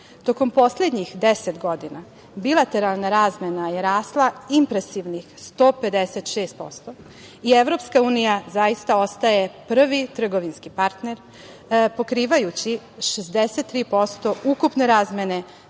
Tokom poslednjih 10 godina bilateralna razmena je rasla impresivnih 156% i EU zaista ostaje prvi trgovinski partner, pokrivajući 63% ukupne razmene,